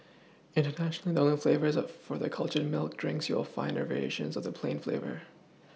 internationally the only flavours for their cultured milk drinks you will find are variations of the plain flavour